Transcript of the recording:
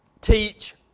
teach